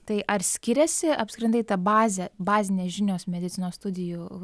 tai ar skiriasi apskritai ta bazė bazinės žinios medicinos studijų